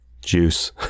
juice